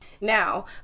Now